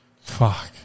Fuck